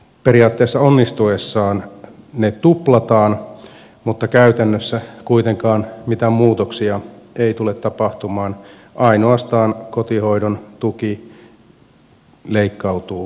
periaatteessa onnistuessaan ne tuplataan mutta käytännössä kuitenkaan mitään muutoksia ei tule tapahtumaan ainoastaan kotihoidon tuki leikkautuu puolella